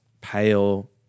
pale